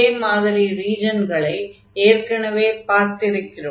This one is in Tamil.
இதே மாதிரியான ரீஜன்களை ஏற்கெனவே பார்த்திருக்கிறோம்